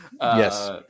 Yes